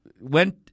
went –